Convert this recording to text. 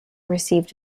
received